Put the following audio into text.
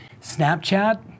Snapchat